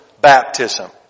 baptism